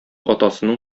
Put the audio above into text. атасының